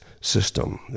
system